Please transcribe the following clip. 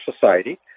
society